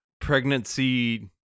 pregnancy